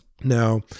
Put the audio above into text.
Now